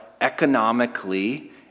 economically